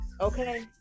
okay